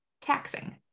taxing